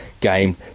game